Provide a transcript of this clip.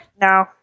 No